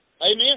Amen